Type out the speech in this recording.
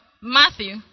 matthew